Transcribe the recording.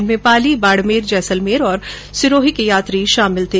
इनमें पाली बाड़मेर जैसलमेंर और सिरोही के यात्री शामिल थे